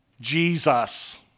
Jesus